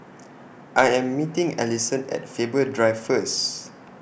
I Am meeting Ellison At Faber Drive First